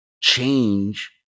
change